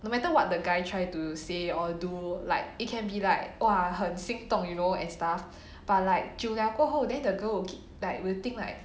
no matter what the guy try to say or do like it can be like !wah! 很心动 you know and stuff but like 久了过后 then the girl like will think like